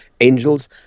angels